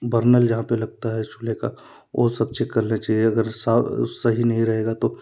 burner जहाँ पे लगता है चूल्हे का वो सब चेक कर लेना चाहिए अगर सब सही नहीं रहेगा तो